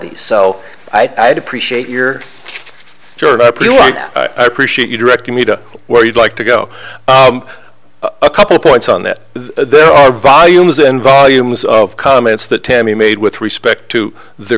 these so i do appreciate your appreciate you directing me to where you'd like to go a couple of points on that there are volumes and volumes of comments that tammy made with respect to the